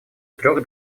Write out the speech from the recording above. трех